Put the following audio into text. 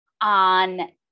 on